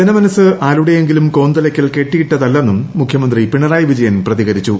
ജനമനസ്സ് ആരുടെയെങ്കിലും കോന്തലയ്ക്കൽ കെട്ടിയിട്ടതല്ലെന്നും മുഖ്യമന്ത്രി പിണറായി വിജയൻ പ്രതികരിച്ചു